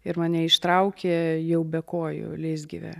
ir mane ištraukė jau be kojų leisgyvę